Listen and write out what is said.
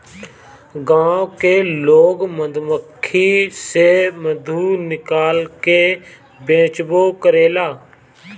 गाँव के लोग मधुमक्खी से मधु निकाल के बेचबो करेला